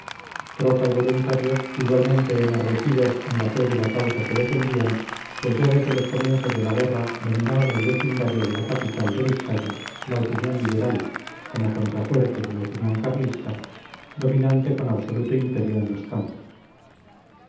tropa y voluntarios igualmente enardecidos en la fe de la causa que defendían pues ya desde los comienzos de la guerra dominaba en el vecindario de la capital de vizcaya la opinión liberal como contrafuerte de la opinión carlista dominante con absoluto imperio en los campos